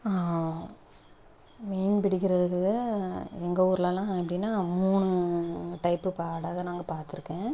மீன் பிடிக்கிறது எங்கள் ஊர்லெலாம் எப்படின்னா மூணு டைப்பு படகை நாங்கள் பார்த்துருக்கேன்